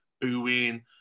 booing